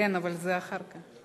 כן, אבל זה אחר כך.